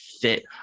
fit